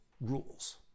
rules